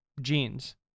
jeans